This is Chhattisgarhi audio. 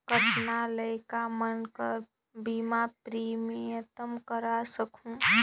कतना लइका मन कर बीमा प्रीमियम करा सकहुं?